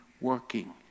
working